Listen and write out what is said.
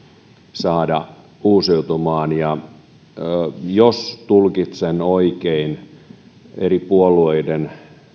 saada uusiutumaan jos tulkitsen oikein eri puolueiden